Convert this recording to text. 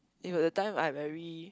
it was that time I very